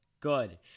good